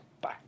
Bye